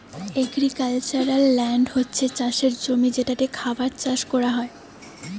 agricultural land হচ্ছে চাষের জমি যেটাতে খাবার চাষ কোরা হয়